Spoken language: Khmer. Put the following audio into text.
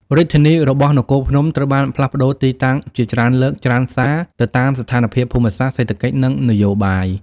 រាជធានីរបស់នគរភ្នំត្រូវបានផ្លាស់ប្តូរទីតាំងជាច្រើនលើកច្រើនសា ទៅតាមស្ថានភាពភូមិសាស្ត្រ សេដ្ឋកិច្ច និងនយោបាយ។